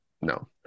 no